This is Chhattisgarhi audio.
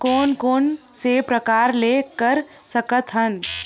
कोन कोन से प्रकार ले कर सकत हन?